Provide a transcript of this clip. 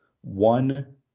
One